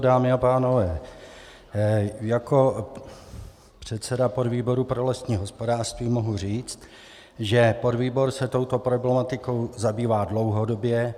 Dámy a pánové, jako předseda podvýboru pro lesní hospodářství mohu říct, že podvýbor se touto problematikou zabývá dlouhodobě.